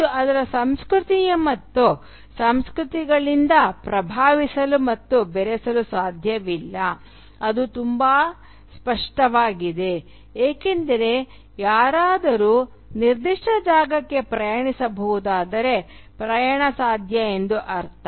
ಮತ್ತು ಅದರ ಸಂಸ್ಕೃತಿಯನ್ನು ಇತರ ಸಂಸ್ಕೃತಿಗಳಿಂದ ಪ್ರಭಾವಿಸಲು ಮತ್ತು ಬೆರೆಸಲು ಸಾಧ್ಯವಿಲ್ಲ ಅದು ತುಂಬಾ ಸ್ಪಷ್ಟವಾಗಿದೆ ಏಕೆಂದರೆ ಯಾರಾದರೂ ನಿರ್ದಿಷ್ಟ ಜಾಗಕ್ಕೆ ಪ್ರಯಾಣಿಸಬಹುದಾದರೆ ಪ್ರಯಾಣ ಸಾಧ್ಯ ಎಂದು ಅರ್ಥ